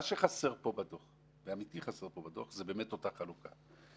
מה שחסר פה בדוח זו אותה חלוקה.